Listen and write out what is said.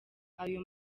ayo